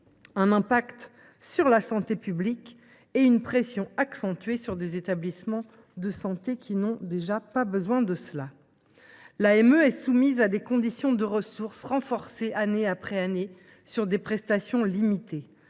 un impact sur la santé publique et une pression accentuée sur des établissements de santé, qui n’ont pas besoin de cela. L’AME est soumise à des conditions de ressources renforcées année après année. Elle ne couvre